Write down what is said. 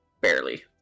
Barely